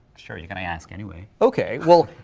sure, you're going to ask anyway. okay, well,